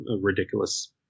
ridiculous